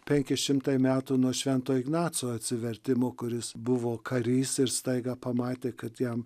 penki šimtai metų nuo švento ignaco atsivertimo kuris buvo karys ir staiga pamatė kad jam